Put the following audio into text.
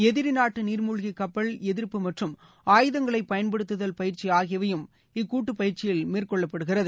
எதிரி நாட்டு நீர்மூழ்கி கப்பல் எதிர்ப்பு மற்றும் ஆயுதங்களை பயன்படுத்துதல் பயிற்சி ஆகியவையும் இக்கூட்டுப்பயிற்சியில் மேற்கொள்ளப்படுகிறது